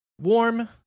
warm